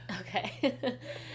Okay